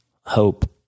HOPE